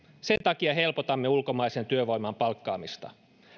sen takia helpotamme ulkomaisen työvoiman palkkaamista